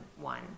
one